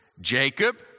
Jacob